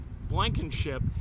Blankenship